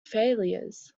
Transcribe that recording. failures